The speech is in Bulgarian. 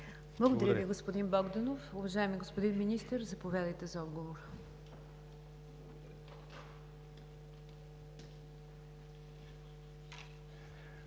Благодаря Ви, господин Богданов. Уважаеми господин Министър, заповядайте за отговор.